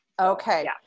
Okay